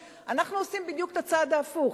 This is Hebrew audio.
ואנחנו עושים בדיוק את הצעד ההפוך.